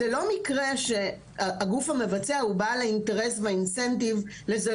זה לא מקרה שבו הגוף המבצע הוא בעל האינטרס וה- Incentive לזה,